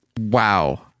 Wow